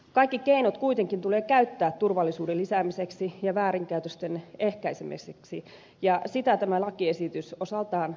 kaikki keinot kuitenkin tulee käyttää turvallisuuden lisäämiseksi ja väärinkäytösten ehkäisemiseksi ja sitä tämä lakiesitys osaltaan tekee